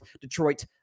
Detroit